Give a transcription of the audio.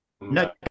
No